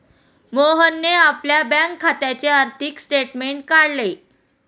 मोहनने आपल्या बँक खात्याचे आर्थिक स्टेटमेंट काढले